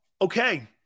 okay